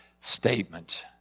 statement